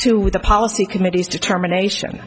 to the policy committee's determination